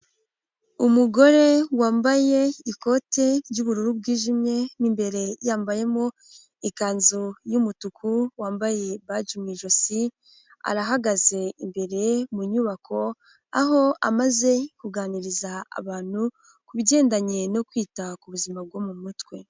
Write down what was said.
Umugore wambaye ikoti ry'ubururu bwijimye, mu imbere yambayemo ikanzu y'umutuku wambaye baji mu ijosi, arahagaze imbere mu nyubako, aho amaze kuganiriza abantu ku bigendanye no kwita ku buzima bwo mu mutwe.